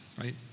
right